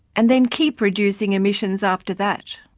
and then keep reducing emissions after that.